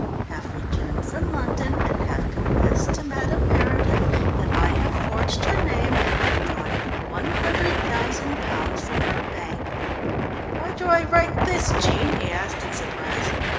have returned from london, and have confessed to madame meredith that i have forged her name and have drawn one hundred thousand pounds from her bank why do i write this, jean? he asked in surprise.